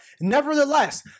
nevertheless